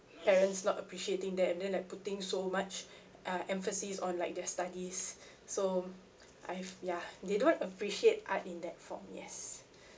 parents not appreciating that and then like putting so much uh emphasis on like their studies so I've ya they don't appreciate art in that form yes